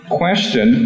question